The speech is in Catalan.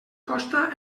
costa